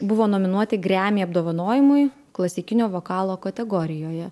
buvo nominuoti gremy apdovanojimui klasikinio vokalo kategorijoje